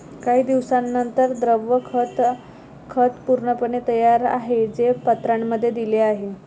काही दिवसांनंतर, द्रव खत खत पूर्णपणे तयार आहे, जे पत्रांमध्ये दिले आहे